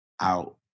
out